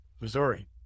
Missouri